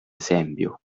esempio